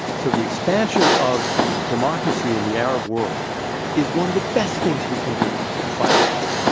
so the expansion of democracy in the arab world is one of the best things we can do to fight al-qaeda.